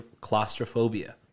claustrophobia